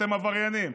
אתם עבריינים.